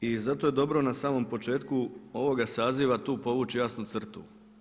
i zato je dobro na samom početku ovoga saziva tu povući jasnu crtu.